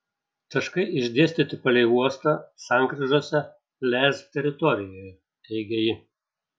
taškai išdėstyti palei uostą sankryžose lez teritorijoje teigė ji